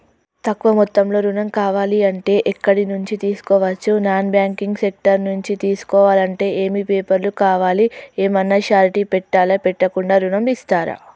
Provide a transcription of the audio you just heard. తక్కువ మొత్తంలో ఋణం కావాలి అంటే ఎక్కడి నుంచి తీసుకోవచ్చు? నాన్ బ్యాంకింగ్ సెక్టార్ నుంచి తీసుకోవాలంటే ఏమి పేపర్ లు కావాలి? ఏమన్నా షూరిటీ పెట్టాలా? పెట్టకుండా ఋణం ఇస్తరా?